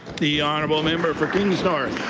the honourable member for kings north.